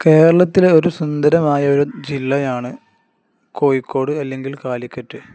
കേരളത്തിലെ ഒരു സുന്ദരമായ ഒരു ജില്ലയാണ് കോഴിക്കോട് അല്ലെങ്കിൽ കാലിക്കറ്റ്